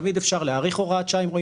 תמיד אפשר להאריך הוראת שעה אם רואים